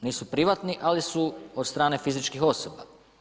Nisu privatni, ali su od strane fizičkih osoba.